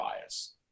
bias